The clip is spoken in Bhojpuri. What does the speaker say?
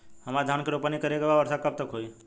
हमरा धान के रोपनी करे के बा वर्षा कब तक होई?